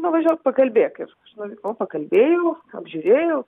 nuvažiuok pakalbėk ir aš nuvykau pakalbėjau apžiūrėjau